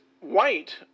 white